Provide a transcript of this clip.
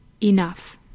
enough